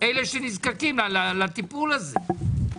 שנזקקים לטיפול הזה.